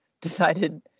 decided